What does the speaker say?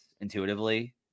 intuitively